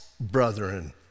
brethren